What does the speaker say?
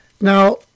Now